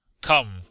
come